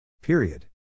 Period